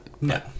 No